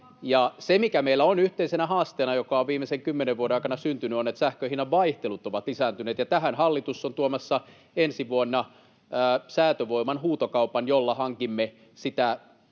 Se, mikä meillä on yhteisenä haasteena — joka on viimeisten kymmenen vuoden aikana syntynyt — on se, että sähkön hinnan vaihtelut ovat lisääntyneet, ja tähän hallitus on tuomassa ensi vuonna säätövoiman huutokaupan, jolla hankimme sitä